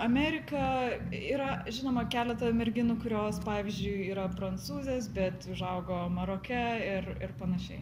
amerika yra žinoma keleta merginų kurios pavyzdžiui yra prancūzės bet užaugo maroke ir ir panašiai